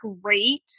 great